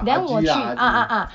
then 我去 ah ah ah